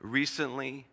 recently